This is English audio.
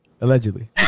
Allegedly